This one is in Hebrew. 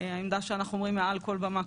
העמדה שאנחנו אומרים מעל כל במה,